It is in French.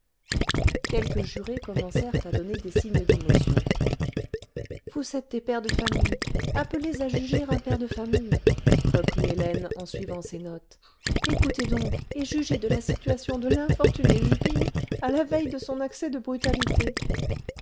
quelques jurés commencèrent à donner des signes d'émotion vous êtes des pères de famille appelés à juger un père de famille reprit hélène en suivant ses notes écoutez donc et jugez de la situation de l'infortuné jupille à la veille de son accès de brutalité